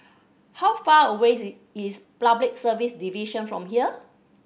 how far away is Public Service Division from here